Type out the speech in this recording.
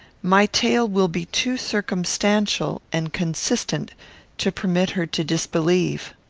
my tale will be too circumstantial and consistent to permit her to disbelieve.